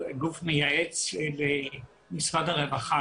היא גוף מייעץ למשרד הרווחה.